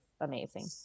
amazing